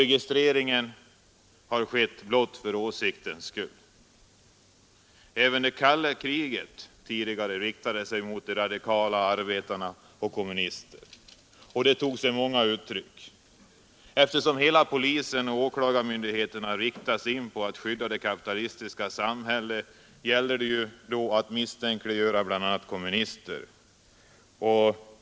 Registreringen har skett blott för åsiktens skull. Även det rande och uppdagankalla kriget tidigare riktade sig mot radikala arbetare och kommunister de av brott mot och tog sig många uttryck. rikets säkerhet Eftersom hela polisen och åklagarmyndigheterna riktas in på att 71. m. skydda det kapitalistiska samhället, gäller det att misstänkliggöra bl.a. kommunister.